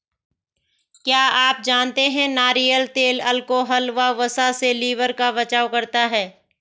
क्या आप जानते है नारियल तेल अल्कोहल व वसा से लिवर का बचाव करता है?